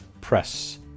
press